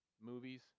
movies